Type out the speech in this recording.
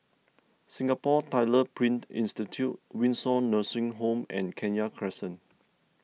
Singapore Tyler Print Institute Windsor Nursing Home and Kenya Crescent